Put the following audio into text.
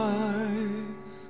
eyes